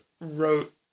wrote